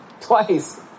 Twice